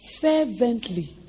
fervently